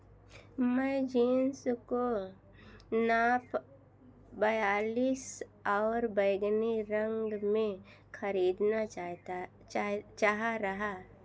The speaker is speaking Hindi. मैं जींस को नाप बयालीस और बैंगनी रंग में खरीदना चाहता चाह चाह रहा